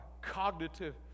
cognitive